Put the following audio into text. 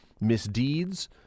misdeeds